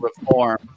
reform